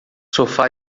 sofá